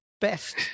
best